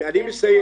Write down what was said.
--- אני מסיים.